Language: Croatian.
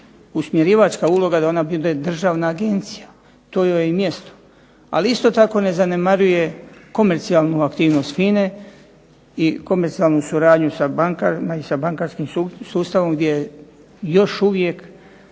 usmjerivačka uloga da ona bude državna agencija. To joj je i mjesto. Ali isto tako ne zanemaruje komercijalnu aktivnost FINA-e i komercijalnu suradnju sa bankama i sa bankarskim sustavom gdje još uvijek